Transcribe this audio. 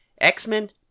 X-Men